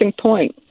point